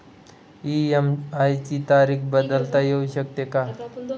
EMI ची तारीख बदलता येऊ शकते का?